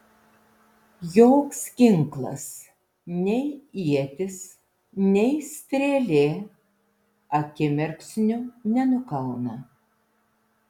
joks ginklas nei ietis nei strėlė akimirksniu nenukauna